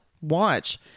watch